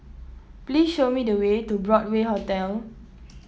please show me the way to Broadway Hotel